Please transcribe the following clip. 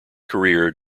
career